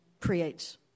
creates